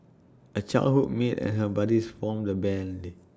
A childhood mate and her buddies formed the Band